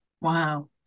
Wow